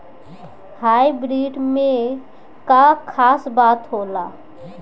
Hybrid में का खास बात होला?